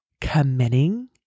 committing